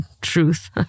truth